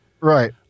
Right